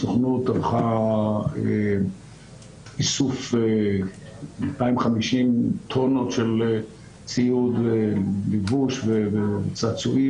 הסוכנות ערכה איסוף של 250 טונות של ציוד לבוש וצעצועים